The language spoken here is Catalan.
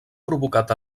provocat